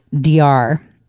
DR